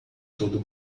todo